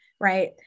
right